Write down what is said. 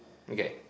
okay